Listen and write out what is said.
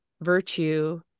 virtue